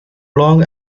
long